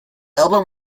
album